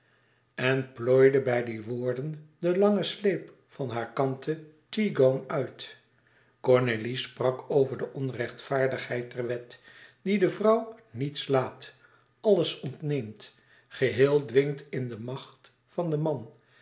en plooide bij die woorden den langen sleep van haar kanten tea gown uit cornélie sprak over de onrechtvaardigheid der wet die de vrouw niets liet alles ontnam geheel dwingt in de macht van den man